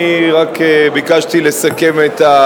אני רק ביקשתי לסכם את,